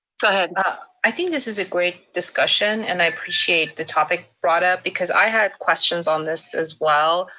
go ahead. and i think this is a great discussion and i appreciate the topic brought up because i had questions on this as well,